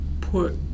put